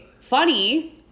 funny